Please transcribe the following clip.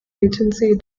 agency